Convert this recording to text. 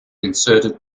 inserted